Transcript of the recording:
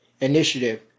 initiative